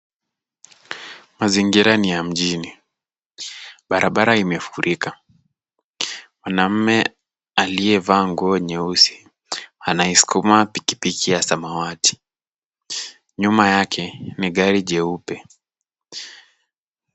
Mazingira ni ya mjini. Barabara imefurika. Mwanamme aliyevaa nguo nyeusi anaiskuma pikipiki ya samawati. Nyuma yake ni gari jeupe.